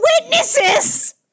witnesses